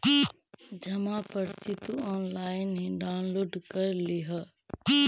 जमा पर्ची तुम ऑनलाइन ही डाउनलोड कर लियह